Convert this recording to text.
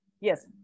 Yes